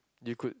you could